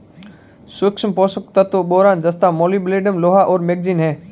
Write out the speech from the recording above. सूक्ष्म पोषक तत्व बोरान जस्ता मोलिब्डेनम लोहा और मैंगनीज हैं